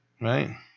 Right